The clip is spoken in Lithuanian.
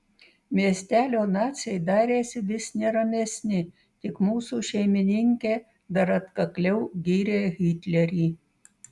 miestelio naciai darėsi vis neramesni tik mūsų šeimininkė dar atkakliau gyrė hitlerį